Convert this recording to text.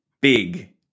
big